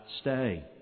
stay